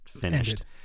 finished